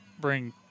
bring